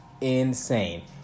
insane